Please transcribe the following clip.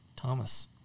Thomas